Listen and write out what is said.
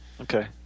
Okay